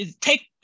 take